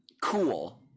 cool